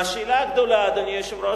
והשאלה הגדולה, אדוני היושב-ראש: